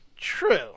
True